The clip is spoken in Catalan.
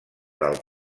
del